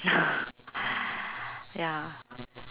ya